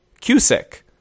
Cusick